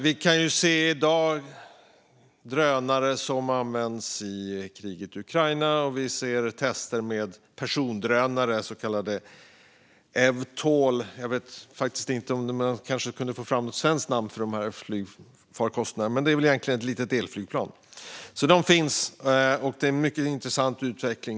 Vi kan ju se i dag att drönare används i kriget i Ukraina, och vi ser tester med persondrönare, så kallade EVTOL. Jag vet inte om man kan få fram ett svenskt namn på dessa flygfarkoster, men de är egentligen små elflygplan. Sådana finns alltså, och det är en mycket intressant utveckling.